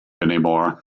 anymore